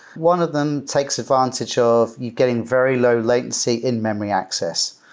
one of them takes advantage of you getting very low-latency in-memory access.